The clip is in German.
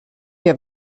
wir